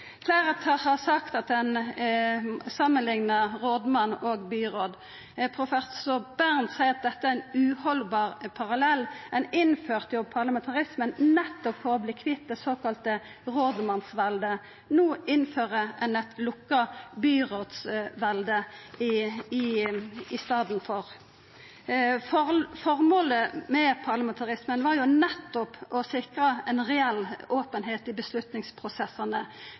Fleire har sagt at ein samanliknar rådmann og byråd. Professor Bernt seier at dette er ein uhaldbar parallell. Ein innførte parlamentarismen nettopp for å verta kvitt det såkalla rådmannsveldet. No innfører ein eit lukka byrådsvelde i staden. Formålet med parlamentarismen var nettopp å sikra reell openheit i